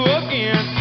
again